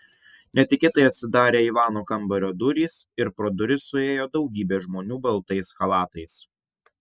netikėtai atsidarė ivano kambario durys ir pro duris suėjo daugybė žmonių baltais chalatais